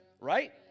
right